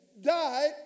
died